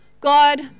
God